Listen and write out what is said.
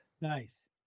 Nice